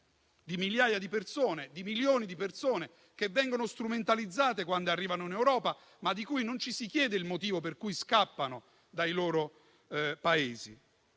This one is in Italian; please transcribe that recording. migrazioni forzate di milioni di persone che vengono strumentalizzate quando arrivano in Europa, ma di cui non ci si chiede il motivo per cui scappano dai loro Paesi.